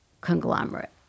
conglomerate